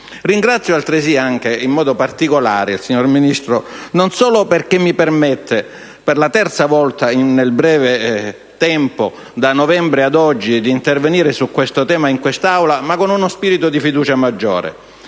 Ringrazio altresì, in modo particolare, il signor Ministro perché mi permette, per la terza volta, nel breve tempo dallo scorso novembre ad oggi, di intervenire su questo tema in quest'Aula con uno spirito di fiducia maggiore.